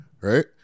right